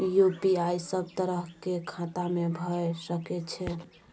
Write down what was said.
UPI सब तरह के खाता में भय सके छै?